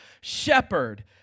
shepherd